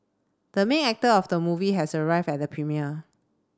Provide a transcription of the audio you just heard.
the main actor of the movie has arrived at the premiere